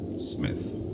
Smith